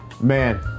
man